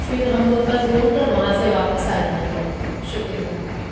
پھر ہم لوگ بس گھوم کر وہاں سے واپس آ جائیں گے شکریہ